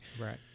Right